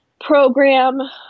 program